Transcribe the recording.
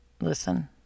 listen